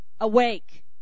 Awake